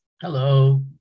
hello